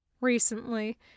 Recently